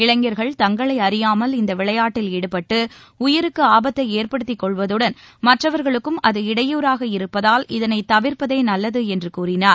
இளைஞர்கள் தங்களை அறியாமல் இந்த விளையாட்டில் ஈடுபட்டு உயிருக்கு ஆபத்தை ஏற்படுத்திக் கொள்வதுடன் மற்றவர்களுக்கும் அது இடையூறாக இருப்பதால் இதனை தவிர்ப்பதே நல்லது என்று கூறினார்